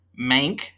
mank